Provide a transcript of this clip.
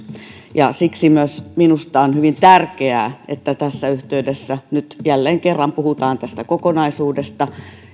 siksi myös minusta on hyvin tärkeää että tässä yhteydessä nyt jälleen kerran puhutaan tästä kokonaisuudesta